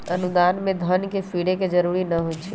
अनुदान में धन के फिरे के जरूरी न होइ छइ